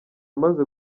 amaze